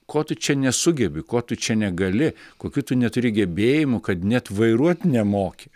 ko tu čia nesugebi ko tu čia negali kokių tu neturi gebėjimų kad net vairuot nemoki